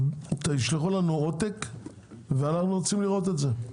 תשלחו לנו עותק ואנחנו רוצים לראות את זה.